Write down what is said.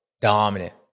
Dominant